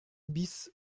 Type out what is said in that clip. bis